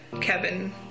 Kevin